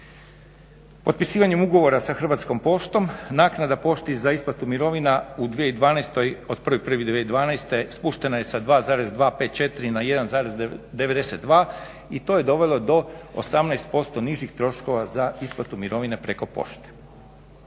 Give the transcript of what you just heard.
Potpisivanjem ugovora sa Hrvatskom poštom naknada pošti za isplatu mirovina u 2012.od 1.1.2012.spuštena je sa 2,254 na 1,92 i to je dovelo do 18% nižih troškova za isplatu mirovine preko pošte.